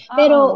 pero